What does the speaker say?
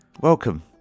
Welcome